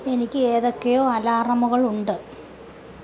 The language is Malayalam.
എനിക്ക് ഏതൊക്കെ അലാറമുകള് ഉണ്ട്